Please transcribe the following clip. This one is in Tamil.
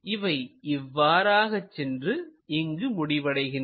இவை இவ்வாறாக சென்று இங்கு முடிவடைகின்றன